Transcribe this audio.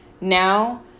now